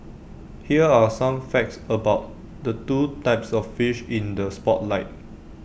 here are some facts about the two types of fish in the spotlight